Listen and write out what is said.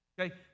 okay